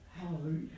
Hallelujah